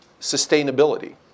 sustainability